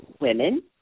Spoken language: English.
women